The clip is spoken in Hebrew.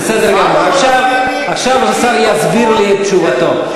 בסדר, עכשיו השר יסביר לי את תשובתו.